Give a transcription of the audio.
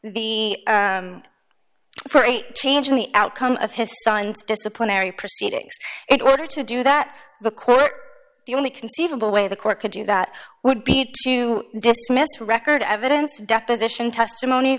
the for a tangent the outcome of his son's disciplinary proceedings it order to do that the court the only conceivable way the court could do that would be to dismiss record evidence deposition testimony